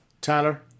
Tyler